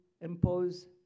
impose